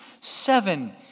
Seven